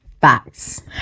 Facts